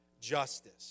justice